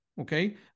Okay